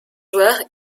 joueurs